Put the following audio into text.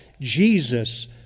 Jesus